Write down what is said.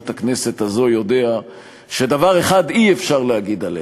הכנסת הזאת יודע שדבר אחד אי-אפשר להגיד עליה: